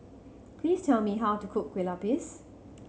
please tell me how to cook Kueh Lapis